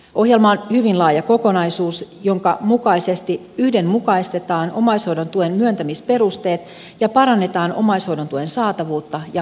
ohjelma on hyvin laaja kokonaisuus jonka mukaisesti yhdenmukaistetaan omaishoidon tuen myöntämisperusteet ja parannetaan omaishoidon tuen saatavuutta ja kattavuutta